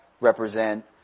represent